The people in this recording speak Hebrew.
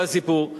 כל הסיפור?